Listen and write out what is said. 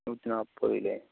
നൂറ്റിനാപ്പത് അല്ലേ